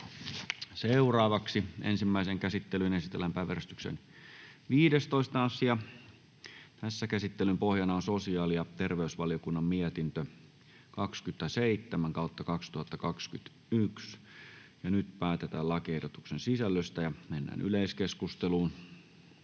Content: Ensimmäiseen käsittelyyn esitellään päiväjärjestyksen 17. asia. Käsittelyn pohjana on työelämä- ja tasa-arvovaliokunnan mietintö TyVM 15/2021 vp. Nyt päätetään lakiehdotuksen sisällöstä. — Yleiskeskusteluun.